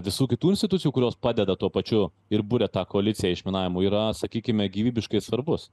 visų kitų institucijų kurios padeda tuo pačiu ir buria tą koaliciją išminavimų yra sakykime gyvybiškai svarbus